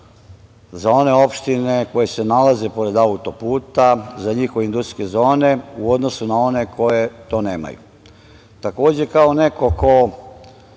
za one opštine koje se nalaze pored autoputa, za njihove industrijske zone u odnosu na one koje to nemaju. Takođe, kao neko ko